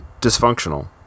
dysfunctional